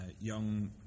young